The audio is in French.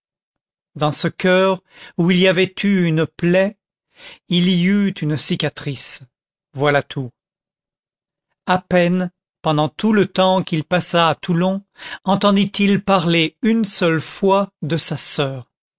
dans ce coeur où il y avait eu une plaie il y eut une cicatrice voilà tout à peine pendant tout le temps qu'il passa à toulon entendit il parler une seule fois de sa soeur